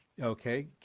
okay